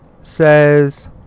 says